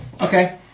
Okay